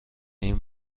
این